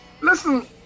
Listen